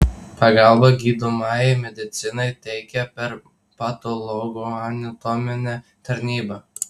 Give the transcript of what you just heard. pagalbą gydomajai medicinai teikia per patologoanatominę tarnybą